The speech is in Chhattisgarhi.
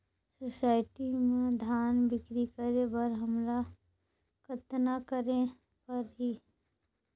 सोसायटी म धान बिक्री करे बर हमला कतना करे परही?